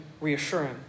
reassuring